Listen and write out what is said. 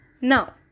Now